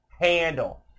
handle